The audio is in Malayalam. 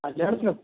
കല്യാണത്തിനോ